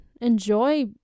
Enjoy